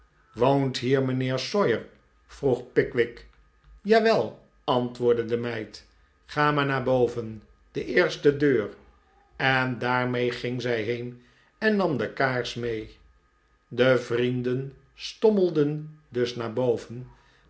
woont hier mijnheer sawyer vroeg pickwick jawel antwoordde de meid ga maar naar boven de eerste deur en daarmee ging zij heen en nam de kaars mee de vrienden stommelden dus naar boven